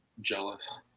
Jealous